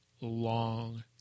long